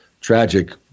tragic